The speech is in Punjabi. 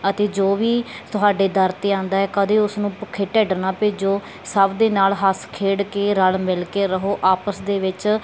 ਅਤੇ ਜੋ ਵੀ ਤੁਹਾਡੇ ਦਰ 'ਤੇ ਆਉਂਦਾ ਕਦੇ ਉਸ ਨੂੰ ਭੁੱਖੇ ਢਿੱਡ ਨਾ ਭੇਜੋ ਸਭ ਦੇ ਨਾਲ ਹੱਸ ਖੇਡ ਕੇ ਰਲ ਮਿਲ ਕੇ ਰਹੋ ਆਪਸ ਦੇ ਵਿੱਚ